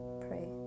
pray